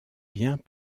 biens